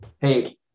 hey